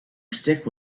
stick